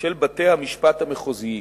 של בתי-המשפט המחוזיים.